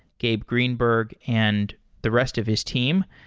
gabe greenberg and the rest of his team.